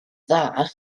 dda